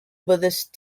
buddhist